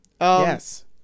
Yes